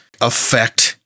affect-